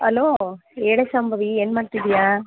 hello ಹೇಳೇ ಶಾಂಭವಿ ಏನು ಮಾಡ್ತಿದ್ದೀಯಾ